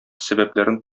сәбәпләрен